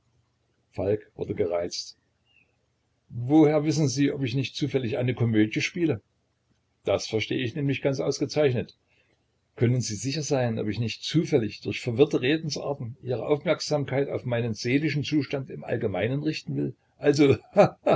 falk wurde gereizt woher wissen sie ob ich nicht zufällig eine komödie spiele das verstehe ich nämlich ganz ausgezeichnet können sie sicher sein ob ich nicht zufällig durch verwirrte redensarten ihre aufmerksamkeit auf meinen seelischen zustand im allgemeinen richten will also